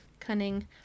Cunning